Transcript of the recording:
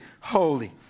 holy